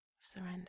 surrender